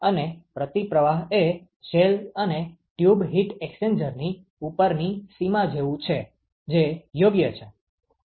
અને પ્રતિપ્રવાહ એ શેલ અને ટ્યુબ હીટ એક્સ્ચેન્જરની ઉપરની સીમા જેવું છે જે યોગ્ય છે